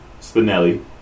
Spinelli